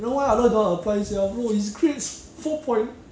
then why aloy don't want apply sia bro his grades four point